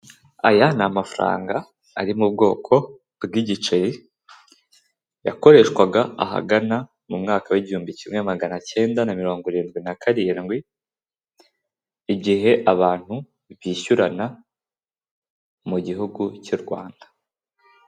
Aya ni amafaranga ari mu bwoko bw'igiceri yakoreshwaga ahagana mu mwaka w'igihumbi kimwe maganacyenda na mirongo irindwi na karindwi, igihe abantu bishyurana mu gihugu cy'u Rwanda.